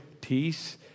peace